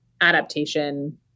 adaptation